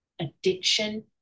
addiction